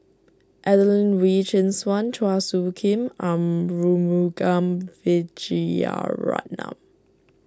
Adelene Wee Chin Suan Chua Soo Khim Arumugam Vijiaratnam